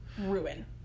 ruin